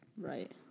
Right